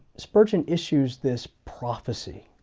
spurgeon issues this prophecy.